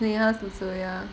sneha also ya